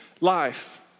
life